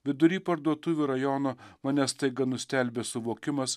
vidury parduotuvių rajono mane staiga nustelbia suvokimas